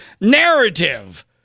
narrative